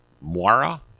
Moira